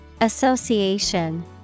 Association